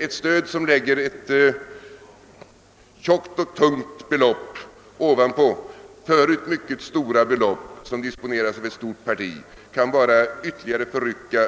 Ett stöd som lägger ett tjockt och tungt belopp ovanpå förut mycket betydande belopp, som disponeras av ett stort parti, kan bara ytterligare förrycka